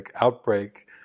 outbreak